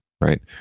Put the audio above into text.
Right